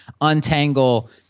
untangle